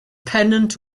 pennant